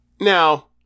Now